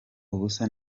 ubusa